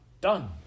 done